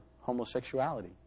homosexuality